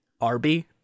Arby